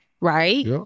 Right